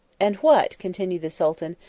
and what, continued the sultan,